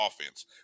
offense